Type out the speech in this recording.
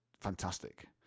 fantastic